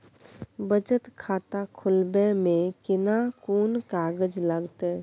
बचत खाता खोलबै में केना कोन कागज लागतै?